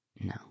No